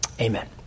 Amen